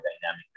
dynamic